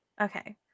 Okay